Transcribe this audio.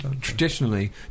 traditionally